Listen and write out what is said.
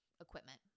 equipment